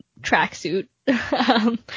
tracksuit